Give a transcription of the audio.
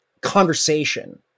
conversation